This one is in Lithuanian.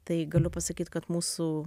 tai galiu pasakyt kad mūsų